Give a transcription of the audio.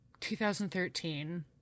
2013